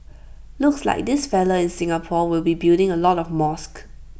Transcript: looks like this fellow in Singapore will be building A lot of mosques